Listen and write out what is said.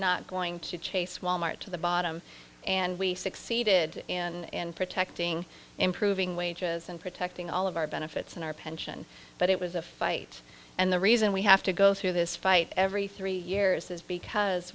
not going to chase wal mart to the bottom and we succeeded in protecting improving wages and protecting all of our benefits and our pension but it was a fight and the reason we have to go through this fight every three years is because